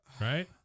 right